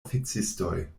oficistoj